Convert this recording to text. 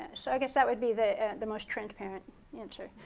yeah so i guess that would be the the most transparent answer.